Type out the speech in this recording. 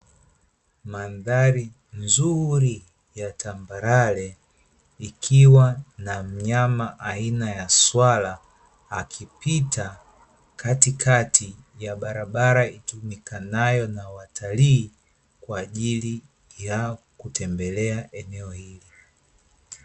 Mandhari nzuri ya tambarare, ikiwa na mnyama aina ya swala, akipita katikati ya barabara itumikanayo na watalii, kwa ajili ya kutembelea eneo hili.